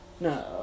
No